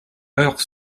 heurt